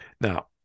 Now